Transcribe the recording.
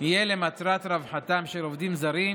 יהיה למטרת רווחתם של עובדים זרים,